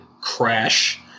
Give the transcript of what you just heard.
crash